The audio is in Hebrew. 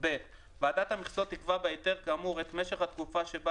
ועדת המכסות תקבע בהיתר כאמור את משך התקופה שבה